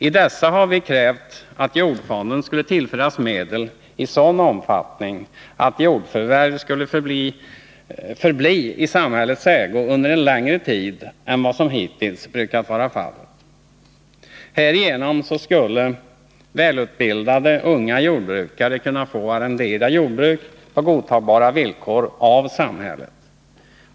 I dessa har vi krävt att jordfonden skulle tillföras medel i sådan omfattning att jordförvärv kunde förbli i samhällets ägo under en längre tid än vad som hittills brukat vara fallet. Härigenom skulle välutbildade unga jordbrukare kunna få arrendera jordbruk av samhället på godtagbara villkor.